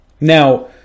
Now